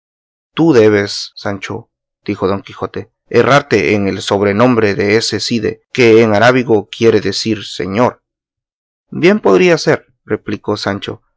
tú debes sancho dijo don quijote errarte en el sobrenombre de ese cide que en arábigo quiere decir señor bien podría ser replicó sancho